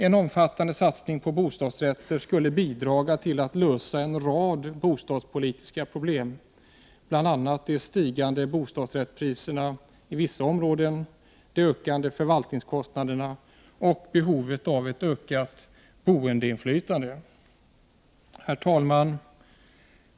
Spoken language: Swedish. En omfattande satsning på bostadsrätter skulle bidra till att lösa en rad bostadspolitiska problem, bl.a. de stigande bostadsrättspriserna i vissa områden och de ökande förvaltningskostnaderna, och till att möta behovet av ett ökat boendeinflytande. Herr talman!